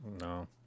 No